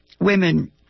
women